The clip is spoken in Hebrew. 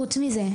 חוץ מזה,